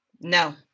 no